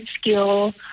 skill